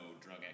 drug